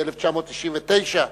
ב-1999,